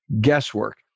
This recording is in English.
guesswork